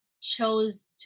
chose